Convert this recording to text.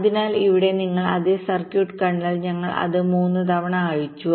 അതിനാൽ ഇവിടെ നിങ്ങൾ അതേ സർക്യൂട്ട് കണ്ടാൽ ഞങ്ങൾ അത് 3 തവണ അഴിച്ചു